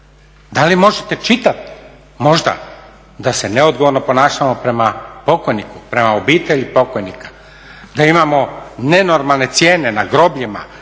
Da li možete čitati možda da se neodgovorno ponašalo prema pokojniku, prema obitelji pokojnika? Da imamo nenormalne cijene na grobljima,